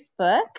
Facebook